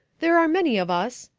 there are many of us,